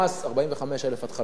45,000 התחלות בנייה.